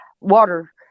water